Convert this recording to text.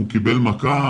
הוא קיבל מכה?